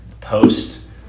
post